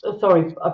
Sorry